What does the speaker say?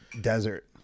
desert